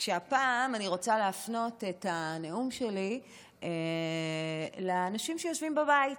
והפעם אני רוצה להפנות את הנאום שלי לאנשים שיושבים בבית,